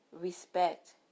respect